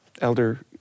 Elder